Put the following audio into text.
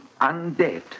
undead